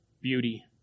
beauty